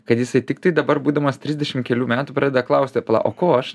kad jisai tiktai dabar būdamas trisdešim kelių metų pradeda klausti o ko aš